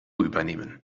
übernehmen